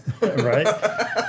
right